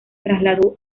trasladó